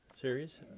series